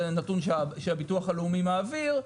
זה נתון שהביטוח הלאומי מעביר,